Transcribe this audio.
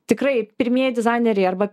tikrai pirmieji dizaineriai arba